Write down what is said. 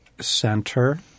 center